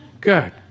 Good